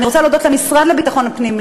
אני רוצה להודות למשרד לביטחון פנים,